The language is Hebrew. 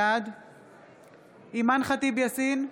בעד אימאן ח'טיב יאסין,